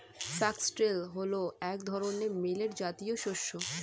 foxtail হল এক ধরনের মিলেট জাতীয় শস্য